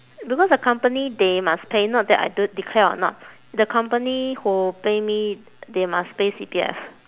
because the company they must pay not that I don~ declare or not the company who pay me they must pay C_P_F